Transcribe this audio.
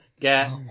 get